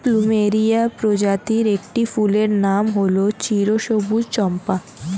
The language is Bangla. প্লুমেরিয়া প্রজাতির একটি ফুলের নাম হল চিরসবুজ চম্পা